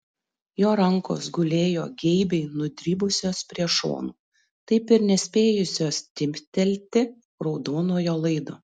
jo rankos gulėjo geibiai nudribusios prie šonų taip ir nespėjusios timptelti raudonojo laido